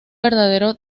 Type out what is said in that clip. verdadero